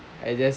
I just